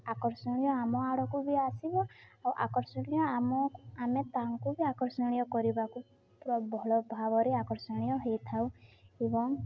ଆକର୍ଷଣୀୟ ଆମ ଆଡ଼କୁ ବି ଆସିବ ଆଉ ଆକର୍ଷଣୀୟ ଆମ ଆମେ ତାଙ୍କୁ ବି ଆକର୍ଷଣୀୟ କରିବାକୁ ପୁରା ଭଲ ଭାବରେ ଆକର୍ଷଣୀୟ ହେଇଥାଉ ଏବଂ